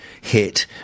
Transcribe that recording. hit